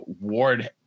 Ward